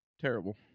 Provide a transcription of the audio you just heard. terrible